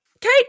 Kate